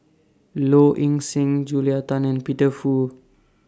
Low Ing Sing Julia Tan and Peter Fu